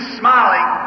smiling